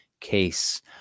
case